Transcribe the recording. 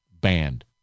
banned